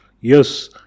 Yes